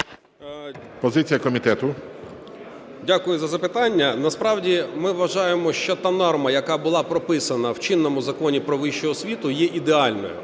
Дякую за запитання. Насправді ми вважаємо, що та норма, яка була прописана в чинному Законі "Про вищу освіту", є ідеальною.